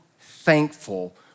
thankful